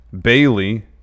Bailey